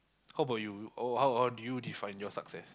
how about you or how how did you define your success